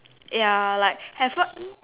ya like at first